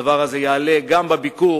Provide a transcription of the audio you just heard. הדבר הזה יעלה גם בביקור